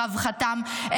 ורווחתם,